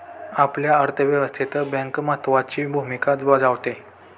आपल्या अर्थव्यवस्थेत बँक महत्त्वाची भूमिका बजावते